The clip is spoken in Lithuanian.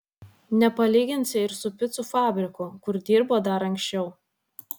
nepalyginsi ir su picų fabriku kur dirbo dar anksčiau